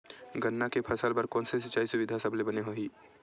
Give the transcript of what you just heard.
गन्ना के फसल बर कोन से सिचाई सुविधा सबले बने होही?